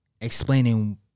explaining